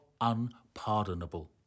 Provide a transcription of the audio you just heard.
unpardonable